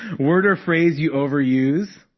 word or phrase you overuse.